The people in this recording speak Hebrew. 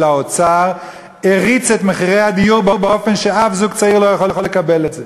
האוצר הריצו את מחירי הדיור באופן שאף זוג צעיר לא יכול לקבל את זה.